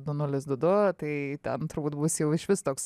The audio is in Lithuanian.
du nulis du du tai ten turbūt bus jau išvis toks